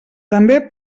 també